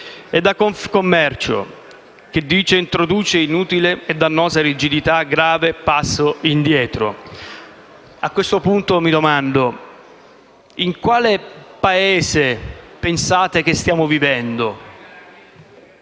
e da Confcommercio, che dice: «Introduce inutili e dannose rigidità. Grave passo indietro». A questo punto mi domando: in quale Paese pensate che stiamo vivendo?